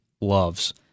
loves